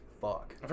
fuck